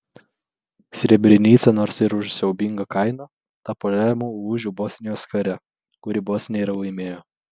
srebrenica nors ir už siaubingą kainą tapo lemiamu lūžiu bosnijos kare kurį bosnija ir laimėjo